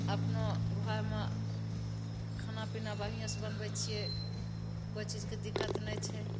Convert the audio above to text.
अपनो घरमे खानापीना बढियेंसँ बनबय छियै कोइ चीजके दिक्कत नहि छै